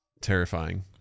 terrifying